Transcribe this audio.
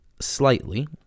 slightly